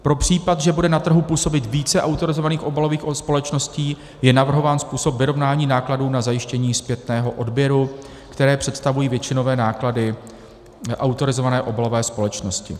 Pro případ, že bude na trhu působit více autorizovaných obalových společností, je navrhován způsob vyrovnání nákladů na zajištění zpětného odběru, které představují většinové náklady autorizované obalové společnosti.